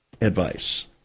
advice